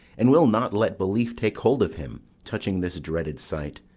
and will not let belief take hold of him touching this dreaded sight,